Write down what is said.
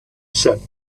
said